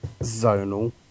Zonal